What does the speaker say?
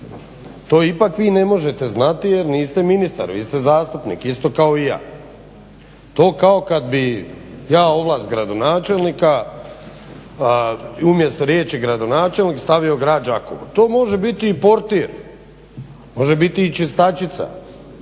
To ipak vi ne možete znati jer niste ministar. Vi ste zastupnik isto kao i ja. To kao kad bi ja ovlast gradonačelnika umjesto riječi gradonačelnik stavio grad Đakovo. To može biti i portir. Može biti i čistačica.